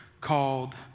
called